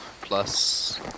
plus